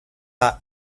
par